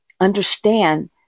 understand